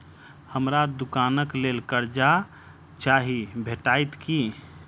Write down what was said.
हमरा दुकानक लेल कर्जा चाहि भेटइत की?